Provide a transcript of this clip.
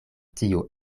tiu